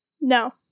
No